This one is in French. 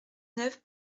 neuf